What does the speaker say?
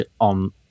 on